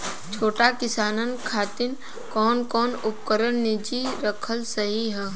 छोट किसानन खातिन कवन कवन उपकरण निजी रखल सही ह?